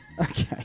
Okay